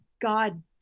God